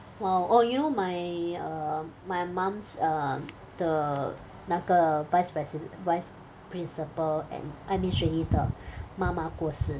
!wow! oh you know my err my mom's um 的那个 vice president vice principal and administrative 的妈妈过世